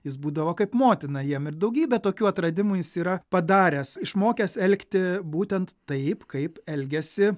jis būdavo kaip motina jiem ir daugybę tokių atradimų jis yra padaręs išmokęs elgti būtent taip kaip elgiasi